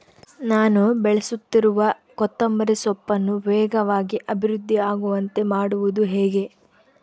ನಾನು ಬೆಳೆಸುತ್ತಿರುವ ಕೊತ್ತಂಬರಿ ಸೊಪ್ಪನ್ನು ವೇಗವಾಗಿ ಅಭಿವೃದ್ಧಿ ಆಗುವಂತೆ ಮಾಡುವುದು ಹೇಗೆ?